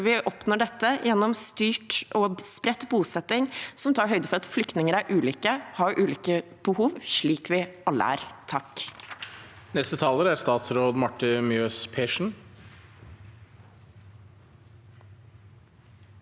vi oppnår dette gjennom styrt og spredt bosetting, som tar høyde for at flyktninger er ulike og har ulike behov – slik vi alle er og